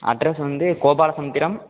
address வந்து கோபால சமுத்திரம்